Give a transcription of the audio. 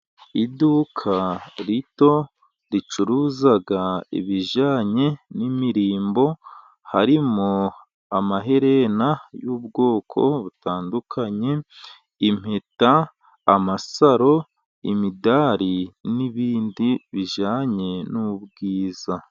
Iduka rito ricuruza ibijyanye n'imirimbo, harimo amaherena y'ubwoko butandukanye, impeta, amasaro, imidari, n'ibindi bijyanye n'ubwiza.